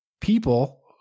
people